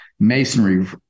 masonry